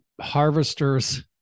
Harvester's